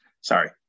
sorry